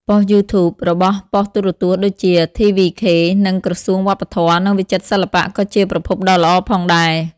ប៉ុស្តិ៍ YouTube របស់ប៉ុស្តិ៍ទូរទស្សន៍ដូចជា TVK និងក្រសួងវប្បធម៌ និងវិចិត្រសិល្បៈក៏ជាប្រភពដ៏ល្អផងដែរ។